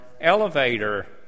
elevator